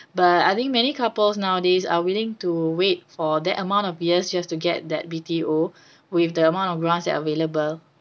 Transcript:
but I think many couples nowadays are willing to wait for that amount of years just to get that B_T_O with the amount of grants that are available